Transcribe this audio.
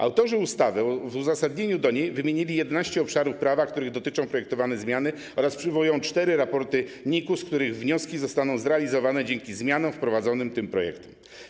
Autorzy ustawy w uzasadnieniu do niej wymienili 11 obszarów prawa, których dotyczą projektowane zmiany, oraz przywołują cztery raporty NIK-u, wnioski z których zostaną zrealizowane dzięki zmianom wprowadzonym tym projektem.